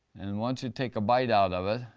and once you take a bite out of it,